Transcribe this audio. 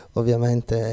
ovviamente